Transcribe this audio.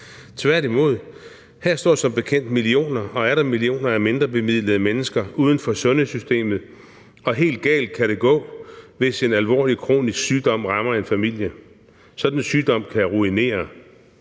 tværtimod. Her står som bekendt millioner og atter millioner af mindrebemidlede mennesker uden for sundhedssystemet, og helt galt kan det gå, hvis en alvorlig kronisk sygdom rammer en familie. Sådan en sygdom kan ruinere.